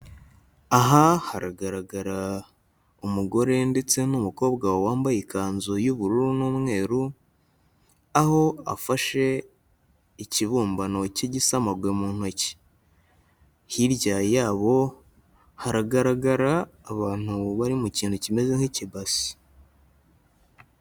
Aha haragaragara umugore ndetse n'umukobwa wambaye ikanzu y'ubururu n'umweru, aho afashe ikibumbano cy'igisamagwe mu ntoki, hirya yabo haragaragara abantu bari mu kintu kimeze nk'ikibase.